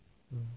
mm